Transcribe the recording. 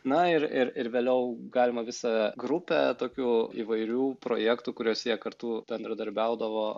na ir ir ir vėliau galima visą grupę tokių įvairių projektų kuriuos jie kartu bendradarbiaudavo